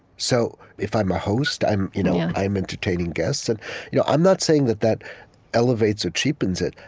so, if i'm a host, i'm you know i'm entertaining guests. and you know i'm not saying that that elevates or cheapens it,